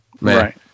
Right